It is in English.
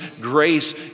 grace